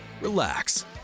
relax